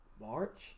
March